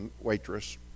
waitress